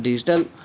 digital